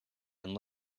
and